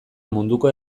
munduko